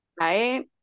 Right